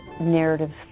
narratives